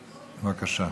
בבקשה.